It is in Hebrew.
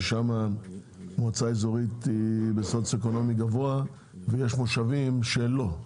ששמה מועצה אזורית היא בסוציואקונומי גבוה ויש מושבים שהם לא,